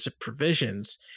provisions